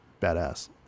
badass